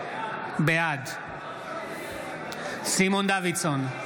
בעד סימון דוידסון,